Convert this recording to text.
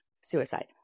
suicide